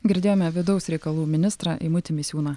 girdėjome vidaus reikalų ministrą eimutį misiūną